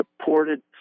supported